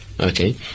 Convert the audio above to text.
okay